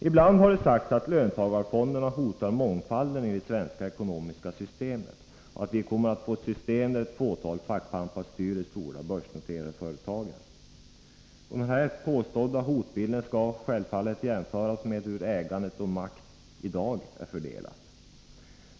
Ibland har det sagts att löntagarfonderna hotar mångfalden i det svenska ekonomiska systemet och att vi kommer att få ett system där ett fåtal fackpampar styr de stora, börsnoterade företagen. Denna hotbild skall självfallet jämföras med hur ägande och makt nu är fördelade.